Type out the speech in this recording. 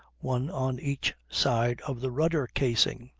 one on each side of the rudder casing.